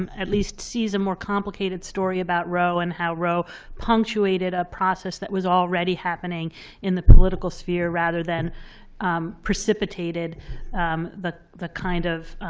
um at least, sees a more complicated story about roe and how roe punctuated a process that was already happening in the political sphere rather than precipitated the the kind of